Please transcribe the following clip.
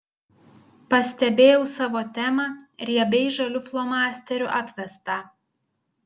pastebėjau savo temą riebiai žaliu flomasteriu apvestą